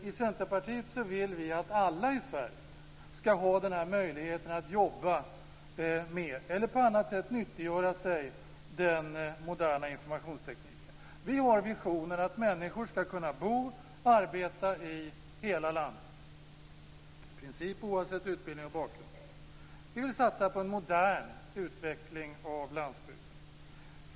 I Centerpartiet vill vi att alla i Sverige skall ha den här möjligheten att arbeta med eller på annat sätt nyttiggöra sig den moderna informationstekniken. Vi har visionen att människor skall kunna bo och arbeta i hela landet, i princip oavsett utbildning och bakgrund. Vi vill satsa på en modern utveckling av vår landsbygd.